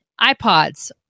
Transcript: ipods